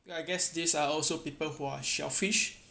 ya I guess these are also people who are selfish uh